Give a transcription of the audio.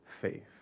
faith